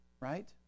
right